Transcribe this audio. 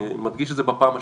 אני מדגיש את זה בפעם השנייה.